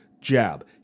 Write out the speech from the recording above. jab